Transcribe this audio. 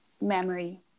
memory